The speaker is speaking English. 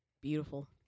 Beautiful